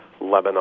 Lebanon